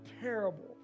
terrible